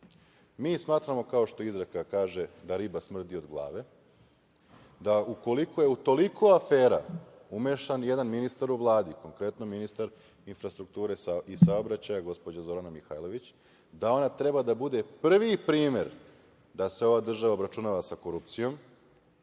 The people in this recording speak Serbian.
mi smatramo, kao što izreka kaže, da riba smrdi od glave, da ukoliko je u toliko afera umešan jedan ministar u Vladi, konkretno ministar infrastrukture i saobraćaja gospođa Zorana Mihajlović, da ona treba da bude prvi primer da se ova država obračunava sa korupcijom,